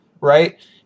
right